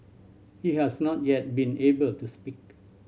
he has not yet been able to speak